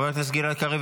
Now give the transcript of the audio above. חבר הכנסת גלעד קריב,